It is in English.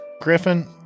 Griffin